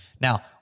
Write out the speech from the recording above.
Now